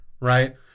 Right